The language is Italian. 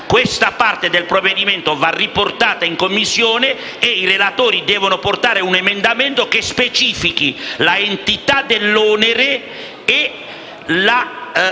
Questa parte del provvedimento va riportata in Commissione e i relatori devono portare un emendamento che specifichi l'entità dell'onere o la